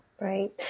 Right